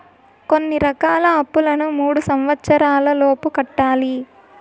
కొన్ని రకాల అప్పులను మూడు సంవచ్చరాల లోపు కట్టాలి